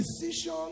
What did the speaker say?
decision